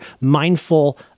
mindful